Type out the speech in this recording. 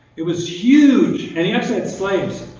it was huge. and he actually had slaves.